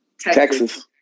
Texas